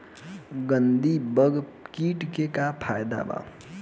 गंधी बग कीट के का फायदा बा?